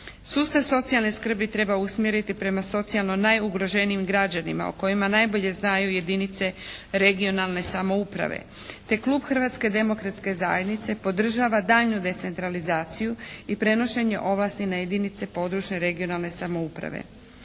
Sustav socijalne skrbi treba usmjeriti prema socijalno najugroženijim građanima o kojima najbolje znaju jedinice regionalne samouprave. Te klub Hrvatske demokratske zajednice podržava daljnju decentralizaciju i prenošenje ovlasti na jedinice područne (regionalne) samouprave.